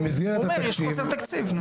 הוא אומר שיש חוסר תקציב.